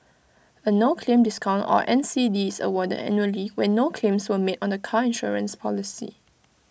A no claim discount or N C D is awarded annually when no claims were made on the car insurance policy